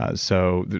ah so,